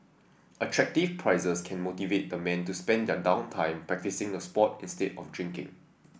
attractive prizes can motivate the man to spend their down time practising the sport instead of drinking